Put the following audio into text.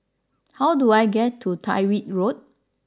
how do I get to Tyrwhitt Road